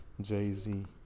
Jay-Z